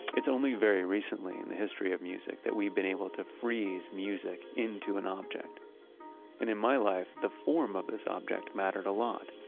it's only very recently in the history of music that we've been able to freeze music into an object. and in my life, the form of this object mattered a lot.